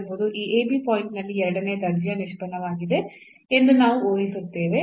ಎಂಬುದು ಈ ಪಾಯಿಂಟ್ ನಲ್ಲಿ ಎರಡನೇ ದರ್ಜೆಯ ನಿಷ್ಪನ್ನವಾಗಿದೆ ಎಂದು ನಾವು ಊಹಿಸುತ್ತೇವೆ